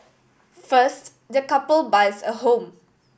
first the couple buys a home